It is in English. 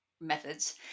methods